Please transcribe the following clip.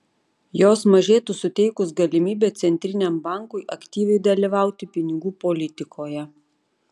jos mažėtų suteikus galimybę centriniam bankui aktyviai dalyvauti pinigų politikoje